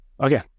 Okay